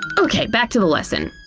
ok, back to the lesson.